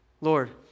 Lord